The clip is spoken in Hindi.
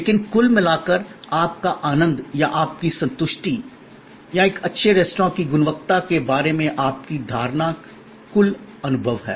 लेकिन कुल मिलाकर आपका आनंद या आपकी संतुष्टि या एक अच्छे रेस्तरां की गुणवत्ता के बारे में आपकी धारणा कुल अनुभव है